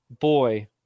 boy